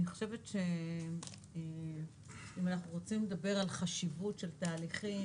אני חושבת שאם אנחנו רוצים לדבר על חשיבות של תהליכים